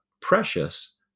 precious